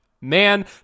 man